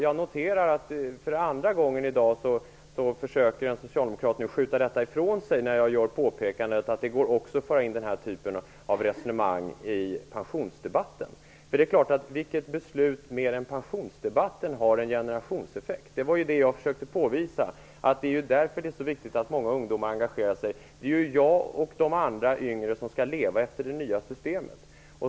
Jag noterar att för andra gången i dag försöker en socialdemokrat att skylla ifrån sig när jag påpekar att det går att föra in denna typ av resonemang i pensionsdebatten. Vilket beslut mer än pensionsfrågan har en sådan generationseffekt? Jag har försökt att påvisa att det är därför det är så viktigt att många ungdomar engagerar sig. Det är ju jag och andra yngre som skall leva efter det nya systemet.